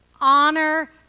honor